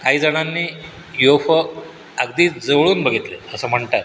काही जणांनी U F O अगदीच जवळून बघितलं आहे असं म्हणतात